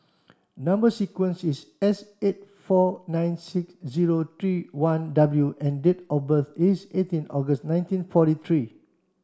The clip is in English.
number sequence is S eight four nine six zero three one W and date of birth is eighteen August nineteen forty three